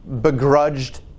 begrudged